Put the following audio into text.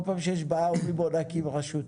כל פעם שיש בעיה אומרים: בואו נקים רשות.